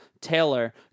Taylor